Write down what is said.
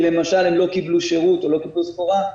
כי למשל הם לא קיבלו שרות או לא קיבלו סחורה,